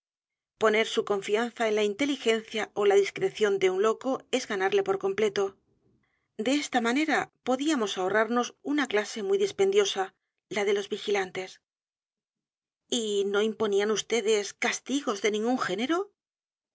r su confianza en la inteligencia ó la discreción de un loco es ganarle por completo de esta manera podíamos a h o r r a r n o s u n a clase muy dispendiosa la de los vigilantes y no imponían vdes castigos de n